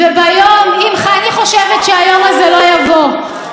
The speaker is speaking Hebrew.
וביום, אני חושבת שהיום הזה לא יבוא.